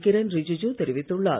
கிரண் ரிஜிஜு தெரிவித்துள்ளார்